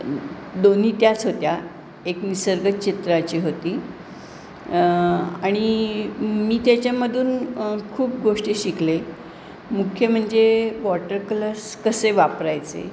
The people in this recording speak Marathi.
दोन्ही त्याच होत्या एक निसर्ग चित्राची होती आणि मी त्याच्यामधून खूप गोष्टी शिकले मुख्य म्हणजे वॉटर कलर्स कसे वापरायचे